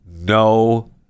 no